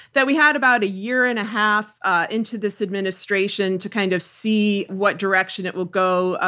that we had about a year and a half ah into this administration to kind of see what direction it will go,